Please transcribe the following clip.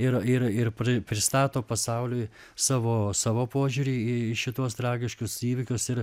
ir ir ir pri pristato pasauliui savo savo požiūrį į šituos tragiškus įvykius ir